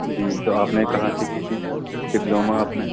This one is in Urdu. جی تو آپ نے کہاں سے کی تھی ڈپلوما آپ نے